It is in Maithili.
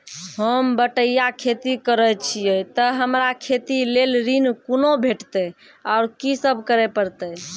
होम बटैया खेती करै छियै तऽ हमरा खेती लेल ऋण कुना भेंटते, आर कि सब करें परतै?